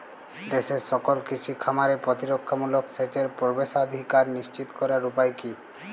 দেশের সকল কৃষি খামারে প্রতিরক্ষামূলক সেচের প্রবেশাধিকার নিশ্চিত করার উপায় কি?